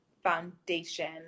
foundation